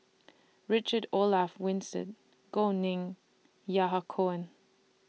Richard Olaf Winstedt Gao Ning and Yahya Cohen